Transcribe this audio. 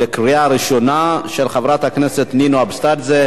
של חברות הכנסת נינו אבסדזה,